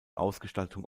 ausgestaltung